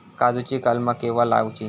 काजुची कलमा केव्हा लावची?